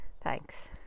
Thanks